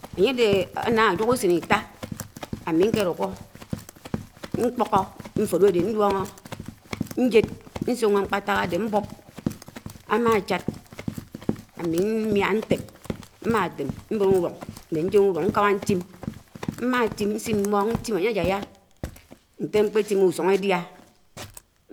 ányè dé ánámá úsèn itá ámi nkè dùkó, nkpókó mfòd ádè nduóñó, njéd nsióñó mkpáták ádè, mbóp ámáchád ámi mmiá ntèm, mmá tém ámi mbèn ùdùñ nè njèn ùdùñ nkámá ntim, maa tim, nsin mmóñ ntim ányè ájáyá ntè mkpè timmè ùsùn édiǎ,